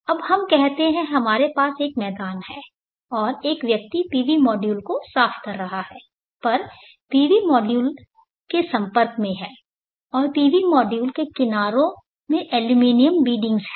अब हम कहते हैं कि मेरे पास यहां एक मैदान है और एक व्यक्ति पीवी मॉड्यूल को साफ कर रहा है और वह पीवी मॉड्यूल के संपर्क में है और पीवी मॉड्यूल के किनारों में एल्यूमीनियम बीडिंग्स है